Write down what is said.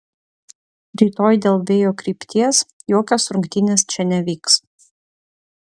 rytoj dėl vėjo krypties jokios rungtynės čia nevyks